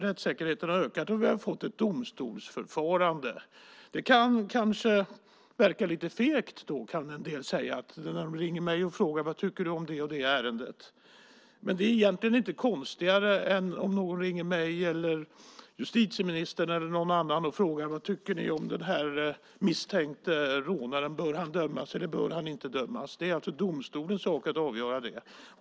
Rättssäkerheten har ökat, och vi har fått ett domstolsförfarande. Det kan då verka lite fegt, säger en del som ringer till mig och frågar vad jag tycker om det och det ärendet. Men det är egentligen inte konstigare än om någon ringer mig, justitieministern eller någon annan och frågar vad vi tycker om en misstänkt rånare, om han bör dömas eller inte bör dömas. Det är alltså domstolens sak att avgöra det.